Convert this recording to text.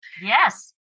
Yes